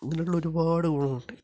അങ്ങനെയുള്ള ഒരുപാട് ഗുണം ഉണ്ട്